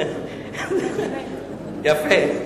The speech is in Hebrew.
יפה.